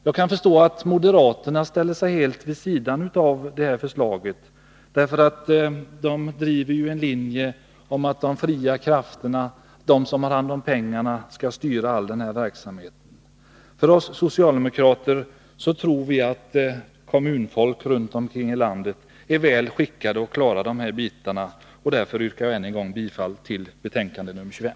Jag kan förstå att moderaterna ställer sig helt vid sidan av detta förslag, därför att de driver en linje som innebär att de fria krafterna, de som har hand om pengarna, skall styra all denna verksamhet. Vi socialdemokrater tror att kommunfolk runt om ilandet är väl skickade att klara detta. Därför yrkar jag än en gång bifall till hemställan i betänkande nr 25.